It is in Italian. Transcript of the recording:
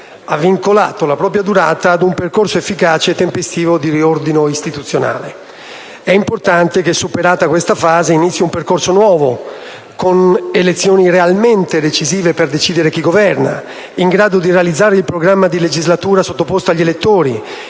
ha fatto bene - la propria durata ad un percorso efficace e tempestivo di riordino istituzionale. È importante che, superata questa fase, inizi un percorso nuovo, con elezioni realmente decisive per stabilire chi governa, in grado di realizzare il programma di legislatura sottoposto agli elettori,